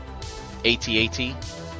ATAT